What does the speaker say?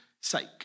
sake